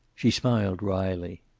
she smiled wryly.